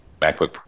MacBook